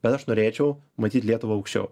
bet aš norėčiau matyt lietuvą aukščiau